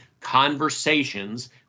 conversations